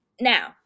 now—